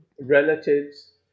relatives